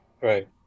Right